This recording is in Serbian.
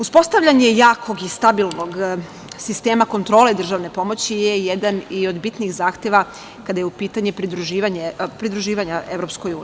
Uspostavljanje jakog i stabilnog sistema kontrole državne pomoći je jedan i od bitnih zahteva kada je u pitanju pridruživanje EU.